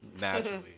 Naturally